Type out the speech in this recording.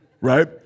right